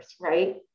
right